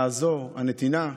עזרה, נתינה.